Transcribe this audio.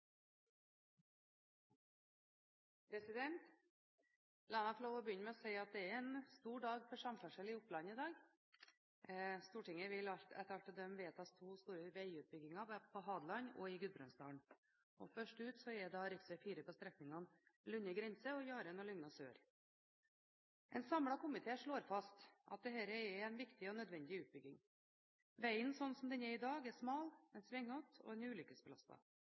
stor dag for samferdsel i Oppland i dag. Stortinget vil etter alt å dømme i dag vedta to store vegutbygginger, på Hadeland og i Gudbrandsdalen. Først ute er da rv. 4 på strekningene Lunner grense–Jaren og Lygna sør. En samlet komité slår fast at dette er en viktig og nødvendig utbygging. Vegen, slik den er i dag, er smal, svingete og ulykkesbelastet. Utbyggingen vil gi lokalbefolkningen og